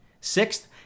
sixth